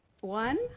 One